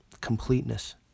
completeness